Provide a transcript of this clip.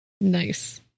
Nice